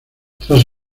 tras